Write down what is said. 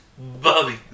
Bobby